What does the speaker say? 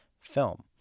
film